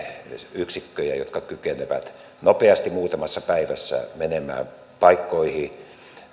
yksikköjä jotka kykenevät nopeasti muutamassa päivässä menemään paikkoihin